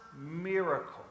miracle